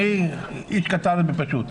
אני איש קטן ופשוט?